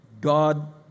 God